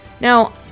Now